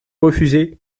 refusez